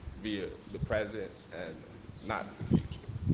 via the present, and not the future.